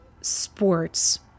sports